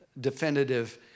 definitive